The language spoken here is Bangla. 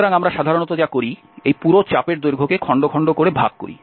সুতরাং আমরা সাধারণত যা করি আমরা এই পুরো চাপের দৈর্ঘ্যকে খন্ড খন্ড করে ভাগ করি